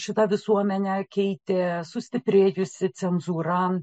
šitą visuomenę keitė sustiprėjusi cenzūra